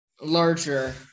larger